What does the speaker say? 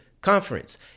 conference